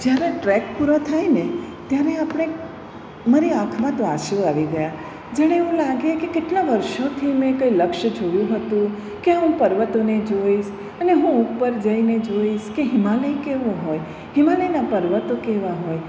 જ્યારે ટ્રેક પૂરો થાયને ત્યારે આપણે મારી આંખમાં તો આંસુ આવી ગયા જેને એવું લાગે કે કેટલા વર્ષોથી મેં કંઈ લક્ષ્ય જોયું હતું કે હું પર્વતોને જોઈશ અને હું ઉપર જઈને જોઈશ કે હિમાલય કેવો હોય હિમાલયના પર્વતો કેવા હોય